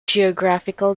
geographical